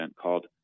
called